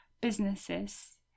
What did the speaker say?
businesses